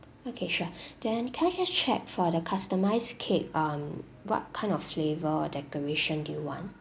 okay sure then can I just check for the customise cake um what kind of flavour or decoration do you want